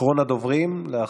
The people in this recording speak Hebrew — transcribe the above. אחרון הדוברים, בבקשה.